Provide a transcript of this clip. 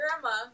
grandma